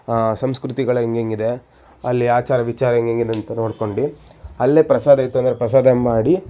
ಸಂಸ್ಕೃತಿಗಳು ಹೇಗೇಗಿದೆ ಅಲ್ಲಿ ಆಚಾರ ವಿಚಾರ ಹೇಗೇಗಿದೆ ಅಂತ ನೋಡಿಕೊಂಡು ಅಲ್ಲೇ ಪ್ರಸಾದ ಇತ್ತು ಅಂದರೆ ಪ್ರಸಾದ ಮಾಡಿ